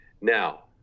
Now